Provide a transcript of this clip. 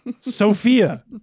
Sophia